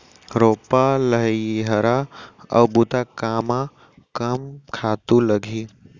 रोपा, लइहरा अऊ बुता कामा कम खातू लागही?